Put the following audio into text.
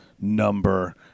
number